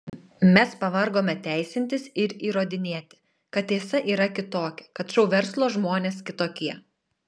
mes pavargome teisintis ir įrodinėti kad tiesa yra kitokia kad šou verslo žmonės kitokie